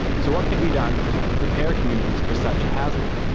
so what can be done to prepare communities for such a hazard?